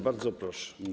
Bardzo proszę.